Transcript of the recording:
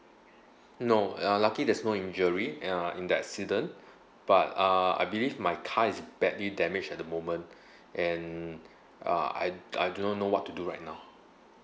no uh lucky there's no injury uh in the accident but uh I believe my car is badly damaged at the moment and uh and I I don't know what to do right now